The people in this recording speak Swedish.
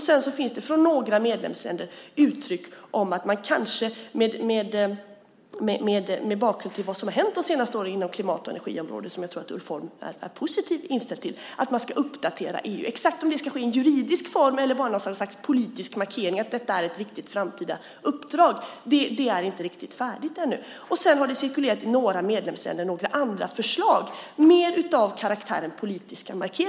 Sedan finns det från några medlemsländer uttryck om att man kanske mot bakgrund av vad som har hänt under de senaste åren inom klimat och energiområdet ska uppdatera EU, vilket jag tror att Ulf Holm är positivt inställd till. Om det ska i juridisk form eller bara som något slags politisk markering, att detta är ett viktigt framtida uppdrag, är inte riktigt klart än. Sedan har det i några medlemsländer cirkulerat några andra förslag som mer är av karaktären politiska markeringar.